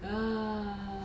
ah